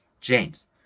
James